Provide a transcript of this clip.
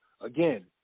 Again